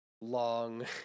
long